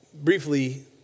briefly